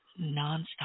nonstop